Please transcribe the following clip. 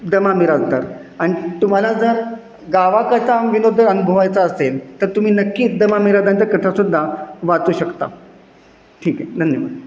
the मा मिरासदार आणि तुम्हाला जर गावाकडचा विनोद जर अनुभवायचा असेल तर तुम्ही नक्कीच द मा मिरासदारांच्या कथासुद्धा वाचू शकता ठीक आहे धन्यवाद